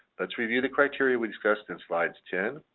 let's review the criteria we discussed in slides ten,